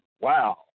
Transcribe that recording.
wow